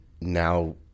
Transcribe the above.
now